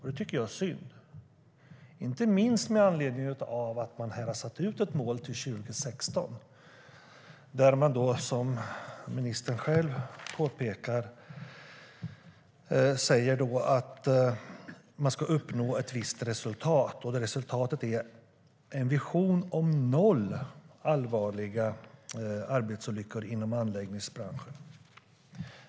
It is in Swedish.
Det tycker jag är synd, inte minst med anledning av att man har satt upp ett mål till 2016, där man, som ministern själv påpekar, anger att man ska uppnå ett visst resultat, och det resultatet är "en vision om noll allvarliga arbetsolyckor inom anläggningsbranschen".